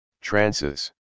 trances